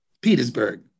Petersburg